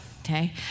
Okay